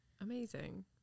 Amazing